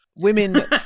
women